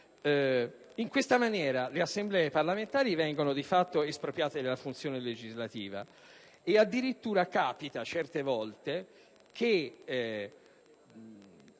In questa maniera le Assemblee parlamentari vengono, di fatto, espropriate della funzione legislativa e talvolta capita addirittura che